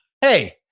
Hey